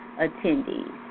attendees